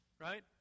right